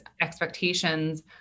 expectations